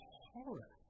horror